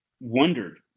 wondered